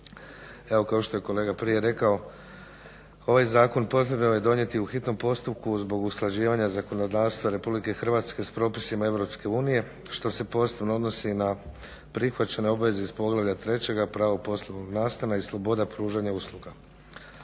Evo kao što je kolega prije rekao ovaj zakon potreban je donijeti u hitnom postupku zbog usklađivanja zakonodavstva RH sa propisima EU što se posebno odnosi na prihvaćene obveze iz poglavlja 3. Pravo poslovnog nastana i sloboda pružanja usluga.